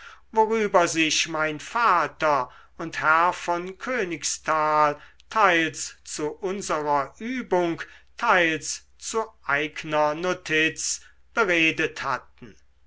worüber sich mein vater und herr von königsthal teils zu unserer übung teils zu eigner notiz beredet hatten